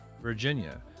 Virginia